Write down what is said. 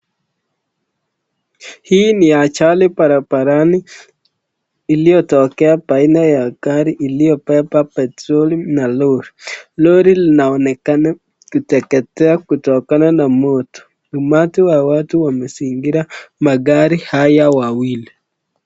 Hii ni ajali barabarani iliyotokea baina ya gari iliobeba petroli na lori. Lori linaonekane kuteketea kutokana na moto. Umati wa watu wamezingira magari haya wawili.